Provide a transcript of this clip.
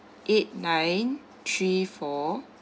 eight nine three four